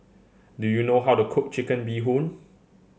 do you know how to cook Chicken Bee Hoon